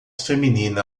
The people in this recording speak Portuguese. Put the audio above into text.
feminina